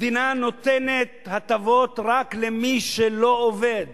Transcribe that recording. המדינה נותנת הטבות רק למי שלא עובד,